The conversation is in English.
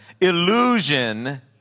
illusion